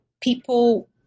people